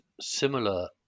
similar